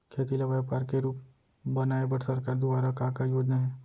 खेती ल व्यापार के रूप बनाये बर सरकार दुवारा का का योजना हे?